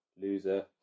loser